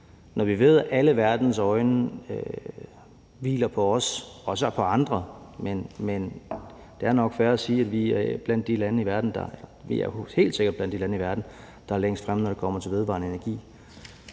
når vi ved, at alle verdens øjne hviler på os – også på andre, men det er nok fair at sige, at vi helt sikkert er blandt de lande i verden, der er længst fremme, når det kommer til vedvarende energi,